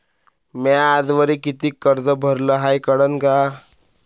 म्या आजवरी कितीक कर्ज भरलं हाय कळन का?